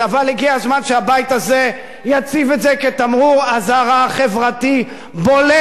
אבל הגיע הזמן שהבית הזה יציב את זה כתמרור אזהרה חברתי בולט,